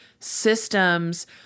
Systems